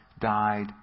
died